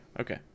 okay